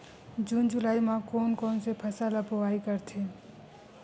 जून जुलाई म कोन कौन से फसल ल बोआई करथे?